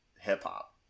hip-hop